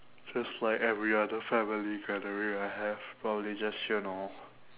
just like every other family gathering I have probably just you know